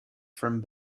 from